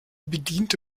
bediente